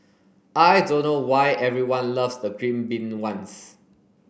I don't know why everyone loves the green bean ones